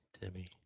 Timmy